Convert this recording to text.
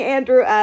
Andrew